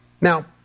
Now